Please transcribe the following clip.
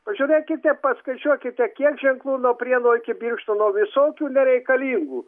pažiūrėkite paskaičiuokite kiek ženklų nuo prieno iki birštono visokių nereikalingų